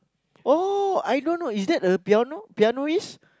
oh I don't know is that a piano pianoist